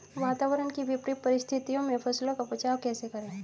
वातावरण की विपरीत परिस्थितियों में फसलों का बचाव कैसे करें?